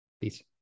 Peace